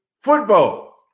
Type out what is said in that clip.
football